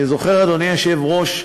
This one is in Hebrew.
אני זוכר, אדוני היושב-ראש,